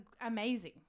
amazing